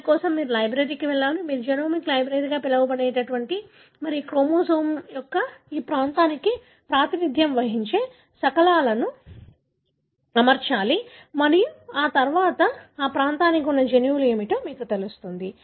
దాని కోసం మీరు లైబ్రరీకి వెళ్లాలి మీరు జెనోమిక్ లైబ్రరీగా పిలవబడేది మరియు క్రోమోజోమ్ యొక్క ఆ ప్రాంతానికి ప్రాతినిధ్యం వహించే శకలాలు పొందాలి వాటిని అమర్చండి మరియు ఆ తర్వాత ఆ ప్రాంతానికి ఉన్న జన్యువులు ఏమిటో మీకు తెలుస్తుంది